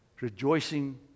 rejoicing